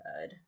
good